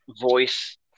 voice